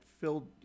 filled